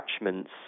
attachments